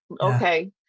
Okay